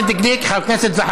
לתפקידו לפני 13 שנה,